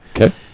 Okay